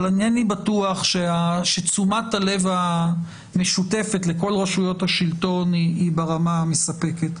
אבל אינני בטוח שתשומת הלב המשותפת לכל רשויות השלטון היא ברמה המספקת.